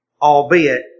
Albeit